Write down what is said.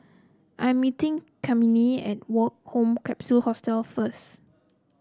I'm meeting Cammie at Woke Home Capsule Hostel first